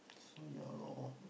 so ya lor